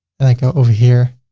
and i go over here,